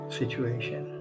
situation